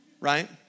Right